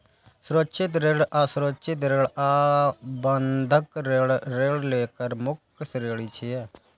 सुरक्षित ऋण, असुरक्षित ऋण आ बंधक ऋण ऋण केर मुख्य श्रेणी छियै